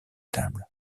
table